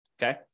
Okay